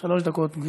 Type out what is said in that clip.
שונים, הצעות מס'